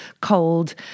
cold